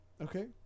Okay